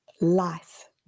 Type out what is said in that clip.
life